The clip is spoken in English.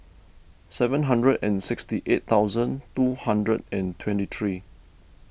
seven hundred and sixty eight thousand two hundred and twenty three